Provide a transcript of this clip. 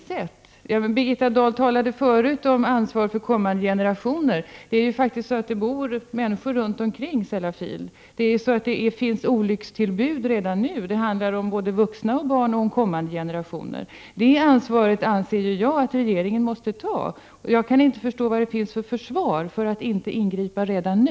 Birgitta Dahl talade förut om ansvar för kommande generationer. Det bor faktiskt människor runt omkring Sellafield, och det har redan varit olyckstillbud där. Det handlar både om vuxna, barn och kommande generationer. Jag anser att regeringen måste ta det ansvaret, och jag kan inte förstå vad det finns för försvar för att inte ingripa redan nu.